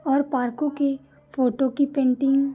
और पार्कों की फ़ोटो की पेन्टिंग